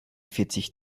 vierzig